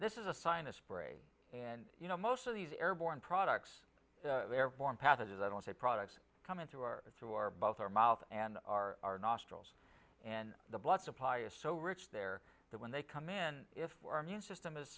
this is a sign of spray and you know most of these airborne products airborne pathogens i don't say products come into our to our both our mouth and our straws and the blood supply is so rich there that when they come in if we're immune system is